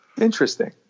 Interesting